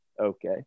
okay